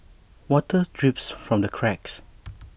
water drips from the cracks